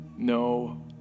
no